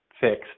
fixed